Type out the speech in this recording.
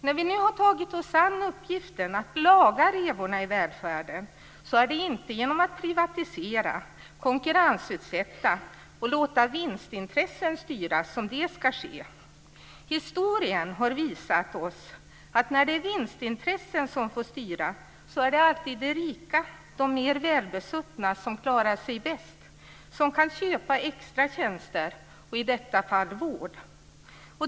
När vi nu har tagit oss an uppgiften att laga revorna i välfärden är det inte genom att privatisera, konkurrensutsätta och låta vinstintressena styra som det ska ske. Historien har visat oss att när det är vinstintressena som får styra är det alltid de rika, de mer välbesuttna som klarar sig bäst, som kan köpa "extra" tjänster, i detta fall vård.